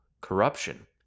corruption